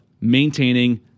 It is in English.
maintaining